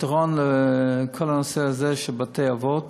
שהפתרון לכל הנושא הזה של בתי-אבות